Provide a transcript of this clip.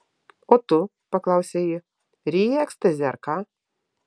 o tu paklausė ji ryji ekstazį ar ką